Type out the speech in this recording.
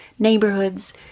neighborhoods